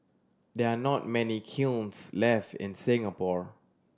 there are not many kilns left in Singapore